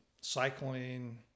cycling